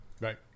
Right